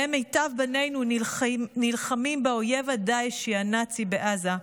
שבהם מיטב בנינו נלחמים באויב הדאעשי הנאצי בעזה,